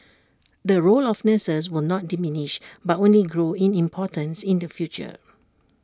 the role of nurses will not diminish but only grow in importance in the future